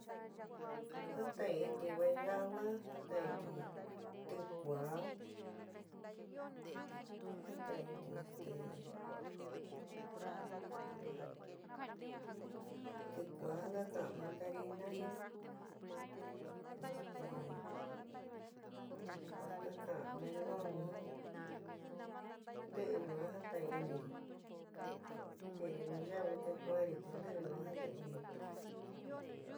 Jatain inti guayaba, jatain inti ticuaa jatain inti este ticuaa ka kaan mandarina jin ka kaan melon jin, ntii yuan jatan iniri kinri nu ya'u te kuaanri te nti yuan jatan iniri.